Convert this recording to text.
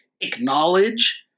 acknowledge